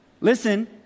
Listen